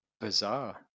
bizarre